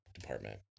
department